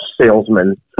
salesmen